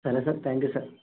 సరే sir thank you sir